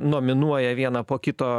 nominuoja vieną po kito